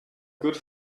good